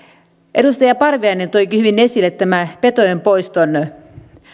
edustaja parviainen toikin hyvin esille tämän petojen poiston